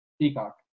Peacock